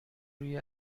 روی